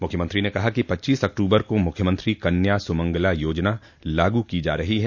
मुख्यमंत्री ने कहा कि पच्चीस अक्टूबर को मुख्यमंत्री कन्या सुमंगला योजना लागू की जा रही है